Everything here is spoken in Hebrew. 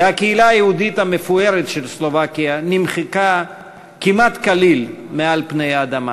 והקהילה היהודית המפוארת של סלובקיה נמחקה כמעט כליל מעל פני האדמה.